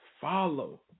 follow